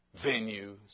venues